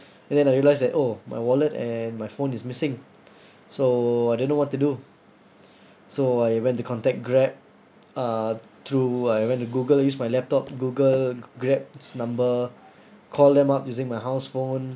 and then I realise that oh my wallet and my phone is missing so I don't know what to do so I went to contact grab uh through I went to google use my laptop google grab's number call them up using my house phone